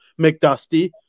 McDusty